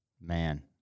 Man